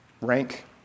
rank